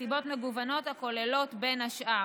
מסיבות מגוונות, הכוללות, בין השאר,